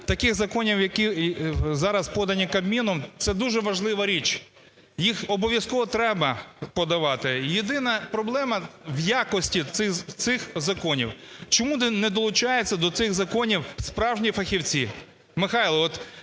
таких законів, які зараз подані Кабміном, це дуже важлива річ, їх обов'язково треба подавати. Єдина проблема – в якості цих законів. Чому не долучаються до цих законів справжні фахівці?